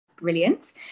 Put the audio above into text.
brilliant